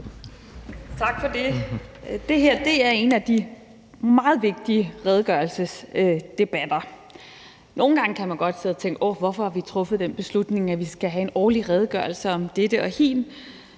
Tak for det. Det her er en af de meget vigtige redegørelsesdebatter. Nogle gange kan man godt sidde og tænke: Åh, hvorfor har vi truffet den beslutning, at vi skal have en årlig redegørelse om dette og hint?